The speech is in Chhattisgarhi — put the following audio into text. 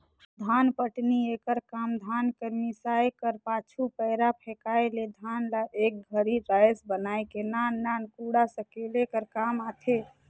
धानपटनी एकर काम धान कर मिसाए कर पाछू, पैरा फेकाए ले धान ल एक घरी राएस बनाए के नान नान कूढ़ा सकेले कर काम आथे